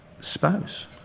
spouse